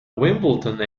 wimbledon